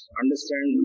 understand